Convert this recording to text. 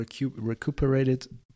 recuperated